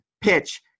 PITCH